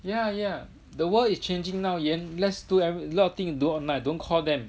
yeah yeah the world is changing now man let's do everything a lot of thing you do online don't call them